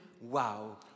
wow